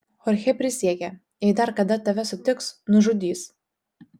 chorchė prisiekė jei dar kada tave sutiks nužudys